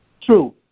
True